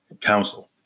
council